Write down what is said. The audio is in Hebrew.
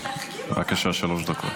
בבקשה, שלוש דקות.